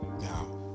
Now